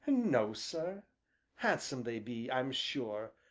no, sir handsome they be, i'm sure,